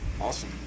Awesome